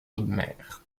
audemer